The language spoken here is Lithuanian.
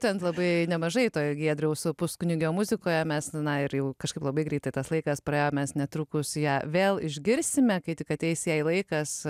ten labai nemažai toj giedriaus puskunigio muzikoje mes na ir jau kažkaip labai greitai tas laikas praėjo mes netrukus ją vėl išgirsime kai tik ateis jai laikas